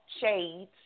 shades